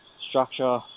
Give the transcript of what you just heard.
Structure